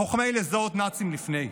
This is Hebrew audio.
החכמה היא לזהות נאצים לפני זה.